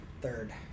Third